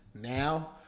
now